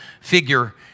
figure